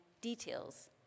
details